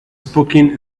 spoken